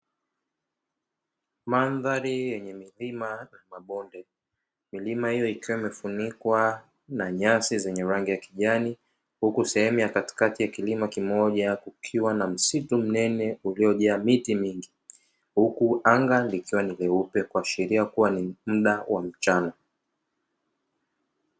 Mandhari yenye milima na mabonde milima hiyo ikiwa imefunikwa na nyasi, zenye rangi ya kijani huku sehemu ya katikati ya kilima kimoja kukiwa na msitu mnene uliojaa miti mingi, huku anga ikiwa ni nyeupe kuashiria kuwa ni muda wa mchana.